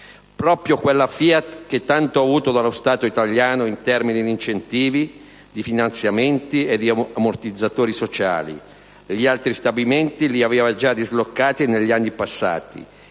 Proprio quella FIAT, che tanto ha avuto dallo Stato italiano, in termini di incentivi, di finanziamenti e di ammortizzatori sociali, gli altri stabilimenti li aveva già dislocati negli anni passati